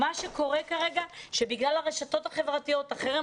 מה שקורה כרגע זה שבגלל הרשתות החברתיות החרם